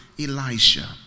Elisha